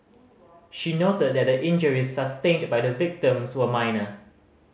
she noted that the injuries sustained by the victims were minor